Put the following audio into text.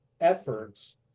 efforts